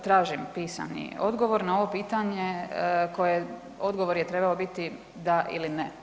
Tražim pisani odgovor na ovo pitanje, koje odgovor je trebao biti da ili ne.